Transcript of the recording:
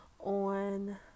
On